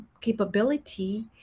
capability